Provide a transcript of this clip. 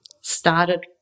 started